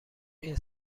این